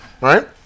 Right